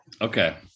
Okay